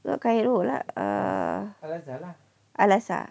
not cairo lah err al-azhar